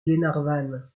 glenarvan